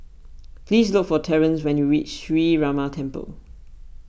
please look for Terrence when you reach Sree Ramar Temple